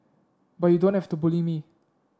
but you don't have to bully me